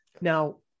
Now